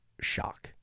shock